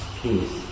peace